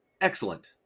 excellent